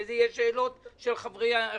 אחרי זה יהיו שאלות של חברי הוועדה.